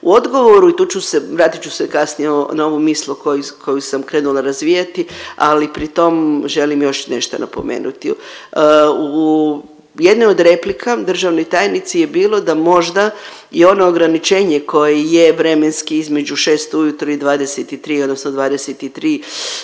U odgovoru i tu ću se vratit ću se kasnije na ovu misao koju sam krenula razvijati, ali pri tom želim još nešto napomenuti. U jednoj od replika državnoj tajnici je bilo da možda je ono ograničenje koje je vremenski između 6 ujutro i 23 odnosno 23